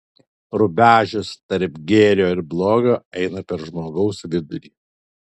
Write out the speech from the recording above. rubežius tarp gėrio ir blogio eina per žmogaus vidurį